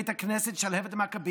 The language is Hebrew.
בית הכנסת הקונסרבטיבי שלהבת המכבים,